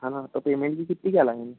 है ना तो पेमेंट की कितनी क्या लगनी